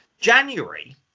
January